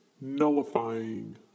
nullifying